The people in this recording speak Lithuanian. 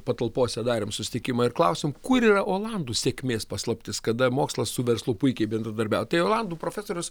patalpose darėm susitikimą ir klausėm kur yra olandų sėkmės paslaptis kada mokslas su verslu puikiai bendradarbiauja tai olandų profesorius